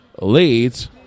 leads